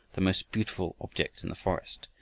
the most beautiful object in the forest,